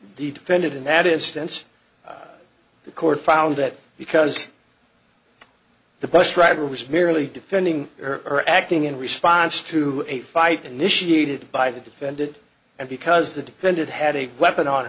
defendant in that instance the court found that because the bus driver was merely defending her or acting in response to a fight initiated by the defended and because the defendant had a weapon on